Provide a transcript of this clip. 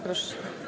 Proszę.